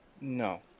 No